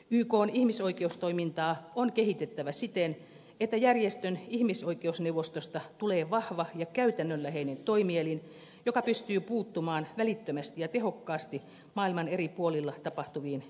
ykn ihmisoikeustoimintaa on kehitettävä siten että järjestön ihmisoikeusneuvostosta tulee vahva ja käytännönläheinen toimielin joka pystyy puuttumaan välittömästi ja tehokkaasti maailman eri puolilla tapahtuviin ihmisoikeusloukkauksiin